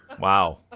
Wow